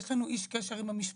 יש לנו איש קשר עם המשפחה.